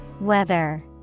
Weather